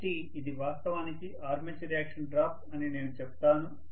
కాబట్టి ఇది వాస్తవానికి ఆర్మేచర్ రియాక్షన్ డ్రాప్ అని నేను చెప్తాను